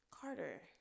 Carter